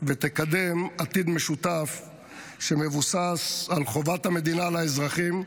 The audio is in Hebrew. ותקדם עתיד משותף שמבוסס על חובת המדינה לאזרחים,